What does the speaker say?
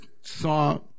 saw